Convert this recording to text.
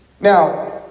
Now